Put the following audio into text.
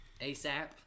ASAP